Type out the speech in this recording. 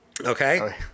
Okay